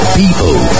people